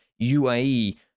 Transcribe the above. UAE